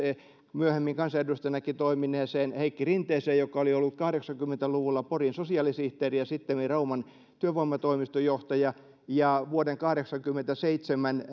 myöhemmin kansanedustajanakin toimineeseen heikki rinteeseen joka oli ollut kahdeksankymmentä luvulla porin sosiaalisihteeri ja sittemmin rauman työvoimatoimiston johtaja ja vuoden kahdeksankymmentäseitsemän